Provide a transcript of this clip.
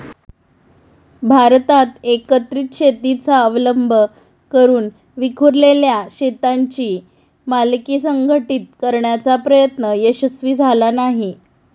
भारतात एकत्रित शेतीचा अवलंब करून विखुरलेल्या शेतांची मालकी संघटित करण्याचा प्रयत्न यशस्वी झाला नाही